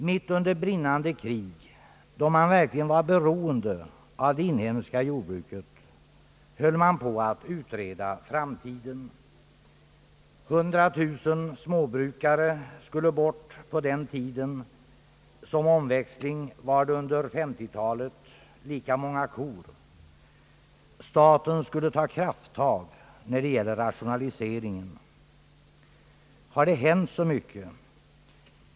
Mitt under brinnande krig, då man verkligen var beroende av det inhemska jordbruket, höll man på att utreda framtiden. Hundratusen småbrukare skulle bort på den tiden. Som omväxling gällde det under 1950 talet lika många kor. Staten skulle ta krafttag i fråga om rationaliseringen. Har det hänt så mycket?